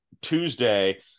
Tuesday